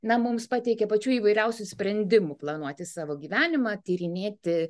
na mums pateikia pačių įvairiausių sprendimų planuoti savo gyvenimą tyrinėti